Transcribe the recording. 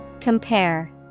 Compare